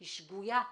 היא שגויה.